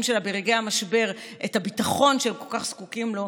שלה ברגעי המשבר את הביטחון שהם כל כך זקוקים לו,